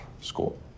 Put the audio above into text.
school